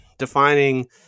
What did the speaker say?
Defining